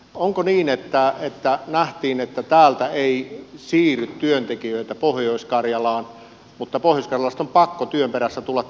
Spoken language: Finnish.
onko niin että nähtiin että täältä ei siirry työntekijöitä pohjois karjalaan mutta pohjois karjalasta on pakko työn perässä tulla tänne